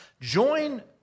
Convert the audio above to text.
Join